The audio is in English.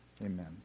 Amen